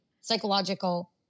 psychological